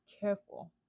careful